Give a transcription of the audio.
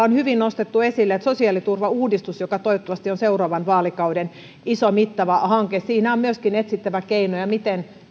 on hyvin nostettu esille että sosiaaliturvauudistuksessa joka toivottavasti on seuraavan vaalikauden iso mittava hanke on myöskin etsittävä keinoja miten